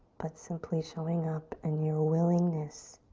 but simply showing up and your willingness